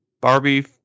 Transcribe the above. Barbie